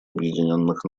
объединенных